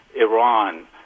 Iran